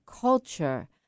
culture